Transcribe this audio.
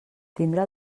tindrà